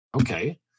Okay